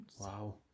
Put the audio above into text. Wow